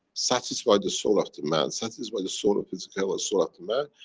satisfy the soul of the man, satisfy the soul of physica, ah soul of the man,